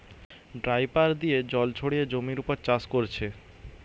dripper দিয়ে জল ছড়িয়ে জমির উপর চাষ কোরছে